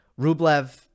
Rublev